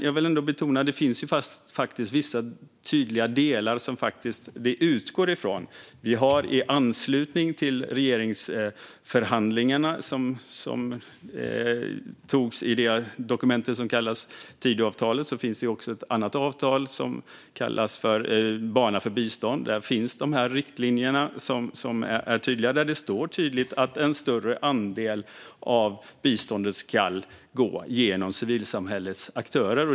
Jag vill dock betona att det faktiskt finns vissa tydliga delar som vi utgår ifrån. I anslutning till regeringsförhandlingarna, som utmynnade i det dokument som kallas Tidöavtalet, finns det ett avtal som kallas Bana för biståndet. Där finns de här riktlinjerna, där det står tydligt att en större andel av biståndet ska gå genom civilsamhällets aktörer.